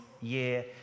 year